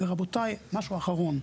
רבותיי, נושא אחרון.